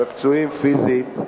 בפצועים פיזית.